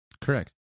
Correct